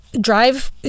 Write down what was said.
drive